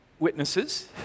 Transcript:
Witnesses